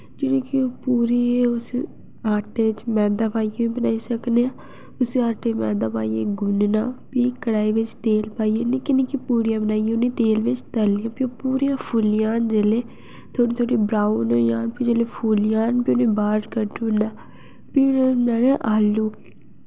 जेह्ड़ी कि ओह् पूरी ऐ उस आटे च मैदा पाइयै बी बनाई सकने आं उसी आटे च मैदा पाइयै गुन्नना फ्ही कढ़ाई बिच तेल पाइयै निक्की निक्की पूड़ियां बनाइयै उ'नें ई तेल बिच तलियै फ्ही ओह् पूरियां फुल्ली जाह्न जेल्लै थोह्ड़ी थोह्ड़ी ब्राउन होई जाह्न फ्ही जेल्लै फुल्ली जान फ्ही उ'नें ई बाह्र कड्ढना फ्ही आलू